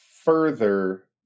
further